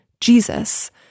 Jesus